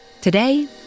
Today